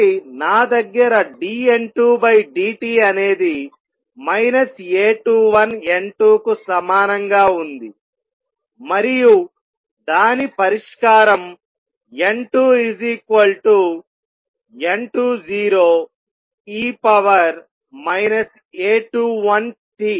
నా దగ్గర dN2dt అనేది A21 N2 కు సమానంగా ఉంది మరియు దాని పరిష్కారం N2 N20 e A21t